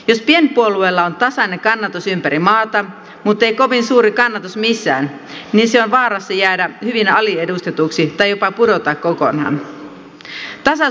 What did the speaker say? jos pienpuolueella on tasainen kannatus ympäri maata muttei kovin suuri kannatus missään niin se on vaarassa jäädä hyvin aliedustetuksi tai jopa pudota kokonaan